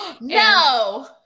No